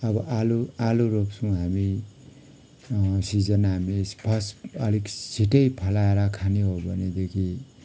अब आलु आलु रोप्छौँ हामी सिजन हामी खास अलिक छिट्टै फलाएर खाने हो भनेदेखि